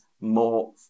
more